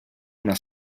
una